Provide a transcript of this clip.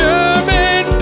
German